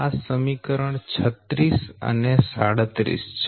આ સમીકરણ 36 અને 37 છે